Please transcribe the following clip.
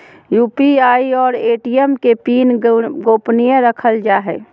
UPI और ATM के PIN गोपनीय रखल जा हइ